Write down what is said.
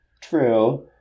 true